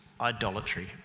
idolatry